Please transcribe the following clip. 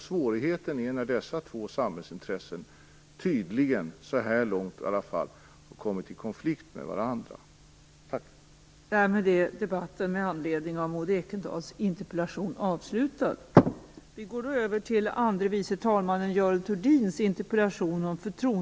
Svårigheterna uppstår när dessa två samhällsintressen kommer i konflikt med varandra, som de tydligen - så här långt i alla fall - har gjort här.